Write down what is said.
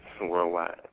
worldwide